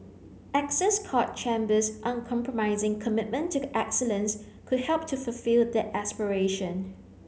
Excess Court Chambers uncompromising commitment to excellence could help to fulfil that aspiration